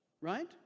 Right